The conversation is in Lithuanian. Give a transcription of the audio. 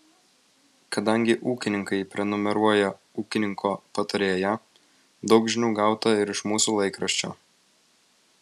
kadangi ūkininkai prenumeruoja ūkininko patarėją daug žinių gauta ir iš mūsų laikraščio